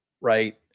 right